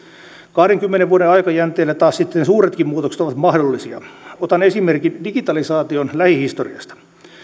kahdenkymmenen vuoden aikajänteellä taas sitten suuretkin muutokset ovat mahdollisia otan esimerkin digitalisaation lähihistoriasta